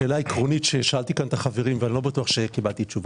שאלה עקרונית ששאלתי כאן את החברים ואני לא בטוח שקיבלתי תשובה.